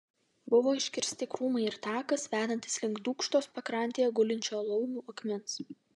buvo iškirsti krūmai ir takas vedantis link dūkštos pakrantėje gulinčio laumių akmens